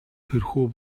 тэрхүү